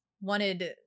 wanted